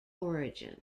origin